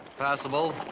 passable.